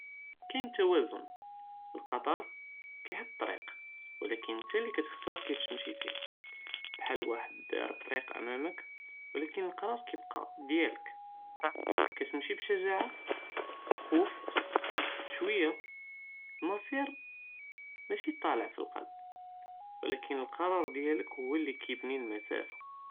קאין תוואזן, אלקטאר קיחוט טריק ולקין נטא אללי כתבחר כיפאש תמשי פיה, כחאל וואחד דר טריק אממכ ולקין אלקראר קיבקע דיאלק קטמשי בשג'עה בכופ בשוייה, אלמסיר מאשי טאלע פנלקלב ולקין אלקראר דיאלק הוא אללי קיבני אלמסאפה.